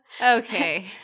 okay